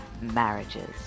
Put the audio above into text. marriages